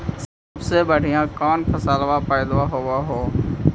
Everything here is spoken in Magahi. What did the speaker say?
सबसे बढ़िया कौन फसलबा पइदबा होब हो?